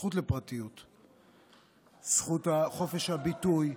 הזכות לפרטיות, חופש הביטוי,